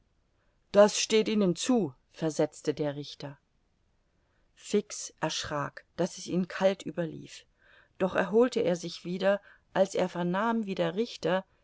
das steht ihnen zu versetzte der richter fix erschrak daß es ihn kalt überlief doch erholte er sich wieder als er vernahm wie der richter